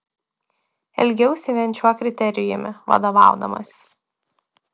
elgiausi vien šiuo kriterijumi vadovaudamasis